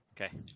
Okay